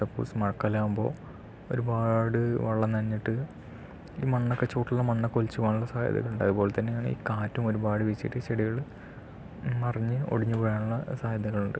suppose മഴക്കാലമാകുമ്പോൾ ഒരുപാട് വെള്ളം നനഞ്ഞിട്ട് ഈ മണ്ണൊക്കെ ചുവട്ടിലെ മണ്ണൊക്കെ ഒലിച്ചു പോകാനുള്ള സാധ്യതയുണ്ട് അതുപോലെയാണ് ഈ കാറ്റും ഒരുപാട് വീശിയിട്ട് ചെടികൾ മറിഞ്ഞ് ഒടിഞ്ഞ് വീഴാനുള്ള സാധ്യതകളുണ്ട്